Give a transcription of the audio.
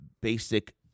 basic